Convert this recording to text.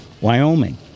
wyoming